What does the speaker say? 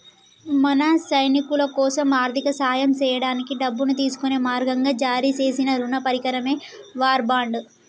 మన సైనికులకోసం ఆర్థిక సాయం సేయడానికి డబ్బును తీసుకునే మార్గంగా జారీ సేసిన రుణ పరికరమే వార్ బాండ్